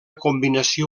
combinació